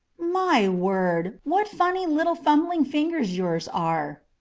my word, what funny little fumbling fingers yours are!